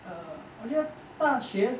err 我觉得大学